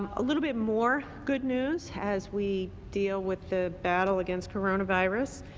a little bit more good news, as we deal with the battle against coronavirus.